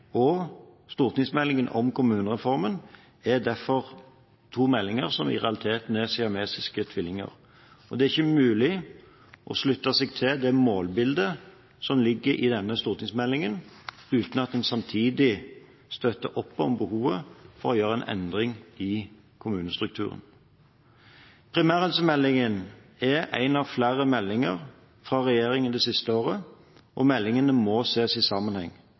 og stortingsmeldingen om kommunereformen er derfor to meldinger som i realiteten er siamesiske tvillinger. Det er ikke mulig å slutte seg til det målbildet som ligger i denne stortingsmeldingen, uten at en samtidig støtter opp om behovet for å gjøre en endring i kommunestrukturen. Primærhelsemeldingen er én av flere meldinger fra regjeringen det siste året, og meldingene må ses i sammenheng.